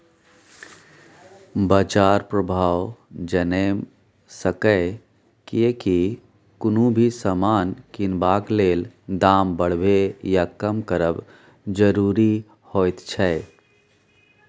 बाजार प्रभाव जनैम सकेए कियेकी कुनु भी समान किनबाक लेल दाम बढ़बे या कम करब जरूरी होइत छै